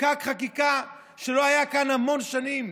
פקק חקיקה שלא היה כאן המון שנים.